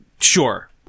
Sure